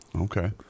Okay